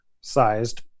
sized